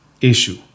issue